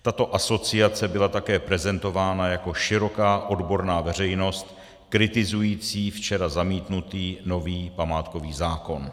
Tato asociace byla také prezentována jako široká odborná veřejnost kritizující včera zamítnutý nový památkový zákon.